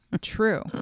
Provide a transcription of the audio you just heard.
true